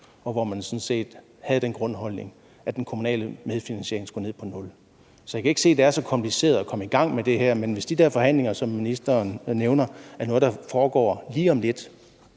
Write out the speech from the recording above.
og hvor man sådan set havde den grundholdning, at den kommunale medfinansiering skulle ned på nul. Så jeg kan ikke se, at det er så kompliceret at komme i gang med det her, men hvis de der forhandlinger, som ministeren nævner, er nogle, der foregår lige om lidt